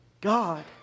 God